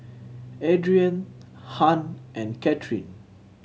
Adrienne Hunt and Kathyrn